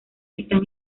están